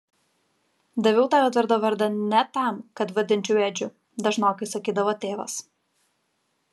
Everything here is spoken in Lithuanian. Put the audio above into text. daviau tau edvardo vardą ne tam kad vadinčiau edžiu dažnokai sakydavo tėvas